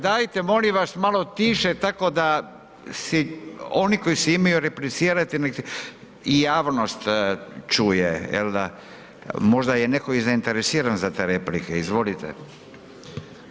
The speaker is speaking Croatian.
Dajte molim vas malo tiše tako da si oni koji si imaju replicirati nek javnost čuje, jel da, možda je netko i zainteresiran za te replike, izvolite.